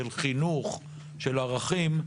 של חינוך ושל ערכים.